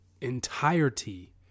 entirety